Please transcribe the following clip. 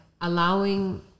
allowing